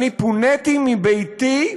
אני פוניתי מביתי,